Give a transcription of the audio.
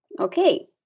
Okay